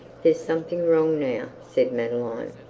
there's something wrong now said madeline,